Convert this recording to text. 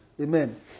Amen